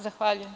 Zahvaljujem.